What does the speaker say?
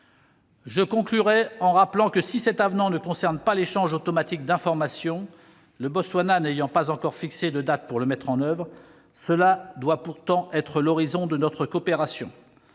Je conclurai en rappelant que, si cet avenant ne concerne pas l'échange automatique d'informations, le Botswana n'ayant pas encore fixé de date pour mettre en oeuvre ce dernier, cela doit pourtant être l'horizon de notre coopération.